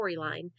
storyline